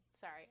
Sorry